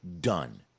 done